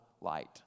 light